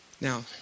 Now